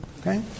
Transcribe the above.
Okay